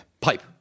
Pipe